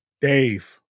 Dave